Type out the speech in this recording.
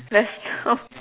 that's